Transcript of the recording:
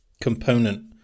component